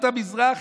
של יהדות המזרח,